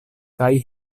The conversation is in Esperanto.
kaj